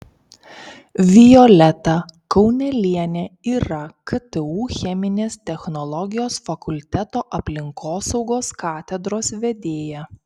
violeta kaunelienė yra ktu cheminės technologijos fakulteto aplinkosaugos katedros vedėja